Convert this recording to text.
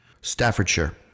Staffordshire